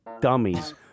dummies